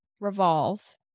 revolve